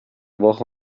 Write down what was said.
woche